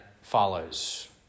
follows